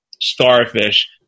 starfish